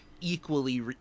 equally